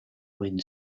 wind